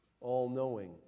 all-knowing